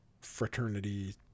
fraternity